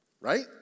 Right